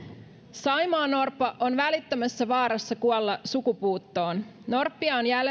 saimaannorppa on välittömässä vaarassa kuolla sukupuuttoon norppia on